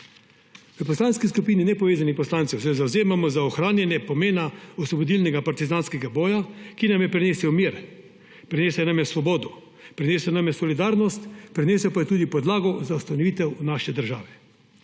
V Poslanski skupini nepovezanih poslancev se zavzemamo za ohranjanje pomena osvobodilnega partizanskega boja, ki nam je prinesel mir, prinesel nam je svobodo, prinesel nam je solidarnost, prinesel pa je tudi podlago za ustanovitev naše države,